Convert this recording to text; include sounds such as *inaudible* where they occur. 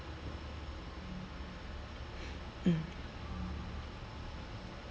*noise* mm